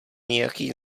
nějaký